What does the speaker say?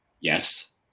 Yes